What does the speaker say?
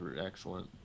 excellent